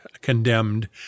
condemned